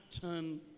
turn